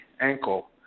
ankle